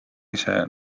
ise